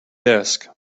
desk